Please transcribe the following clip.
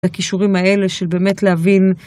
הכישורים האלה של באמת להבין.